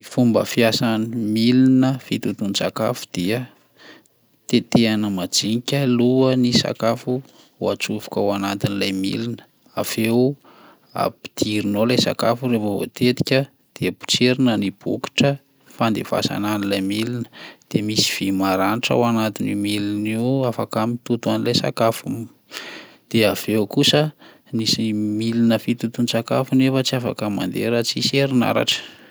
Fomba fiasan'ny milina fitotoan-tsakafo dia: tetahana madinika aloha ny sakafo ho atsofoka ao anatin'ilay milina, avy eo ampidirina ao lay sakafo rehefa voatetika de potserina ny bokotra fandefasana an'ilay milina, de misy vy maranitra ao anatin'io milina io afaka mitoto an'ilay sakafo io, dia avy eo kosa misy- milina fitotoan-tsakafo nefa tsy afaka mandeha raha tsisy herinaratra.